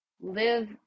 Live